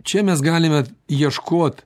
čia mes galime ieškot